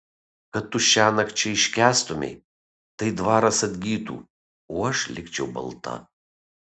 kad tu šiąnakt čia iškęstumei tai dvaras atgytų o aš likčiau balta